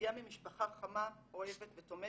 מגיעה ממשפחה חמה, אוהבת ותומכת.